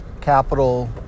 capital